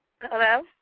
Hello